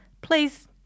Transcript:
Please